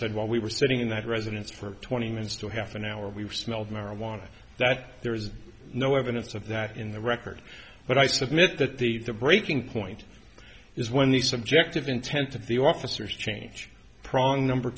said while we were sitting in that residence for twenty minutes to half an hour we smelled marijuana that there is no evidence of that in the record but i submit that the breaking point is when the subject of intent of the officers change prong number